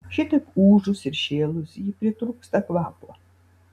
šitaip ūžus ir šėlus ji pritrūksta kvapo